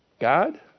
God